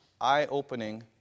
eye-opening